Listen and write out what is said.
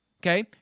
okay